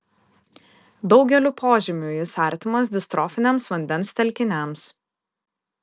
daugeliu požymių jis artimas distrofiniams vandens telkiniams